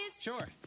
Sure